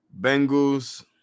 Bengals